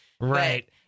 Right